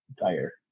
tire